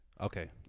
Okay